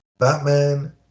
Batman